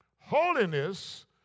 holiness